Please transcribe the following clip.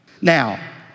Now